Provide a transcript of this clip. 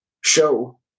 show